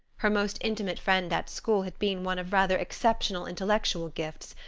her most intimate friend at school had been one of rather exceptional intellectual gifts,